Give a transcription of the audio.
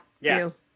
Yes